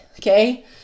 okay